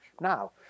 now